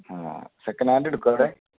ആ second hand എടുക്കുമോ അവിടെ